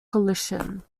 coalition